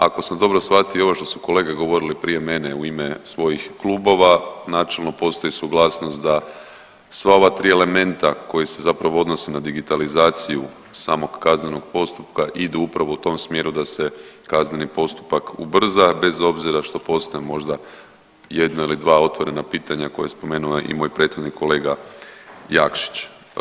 Ako sam dobro shvatio ovo što su kolege govorili prije mene u ime svojih klubova načelno postoji suglasnost da sva ova tri elementa koji se zapravo odnose na digitalizaciju samog kaznenog postupka ide upravo u tom smjeru da se kazneni postupak ubrza bez obzira što postoje možda jedna ili dva otvorena pitanja koja je spomenuo i moj prethodni kolega Jakšić.